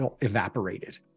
evaporated